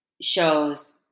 shows